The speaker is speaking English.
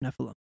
Nephilim